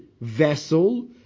vessel